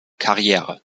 karriere